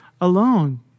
alone